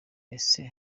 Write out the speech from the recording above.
ese